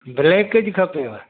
black ज खपेव